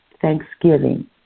thanksgiving